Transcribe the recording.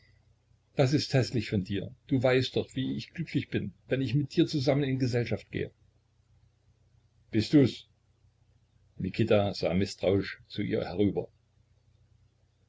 das ist häßlich von dir du weißt doch wie ich glücklich bin wenn ich mit dir zusammen in gesellschaft gehe bist dus mikita sah mißtrauisch zu ihr herüber